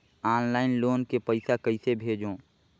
Online loan के पईसा कइसे भेजों?